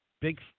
big